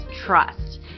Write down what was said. trust